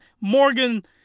Morgan